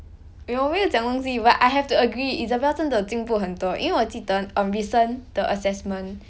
eh 我没有讲东西 but I have to agree isabelle 真的进步很多因为我记得 um recent the assessment